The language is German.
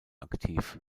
aktiv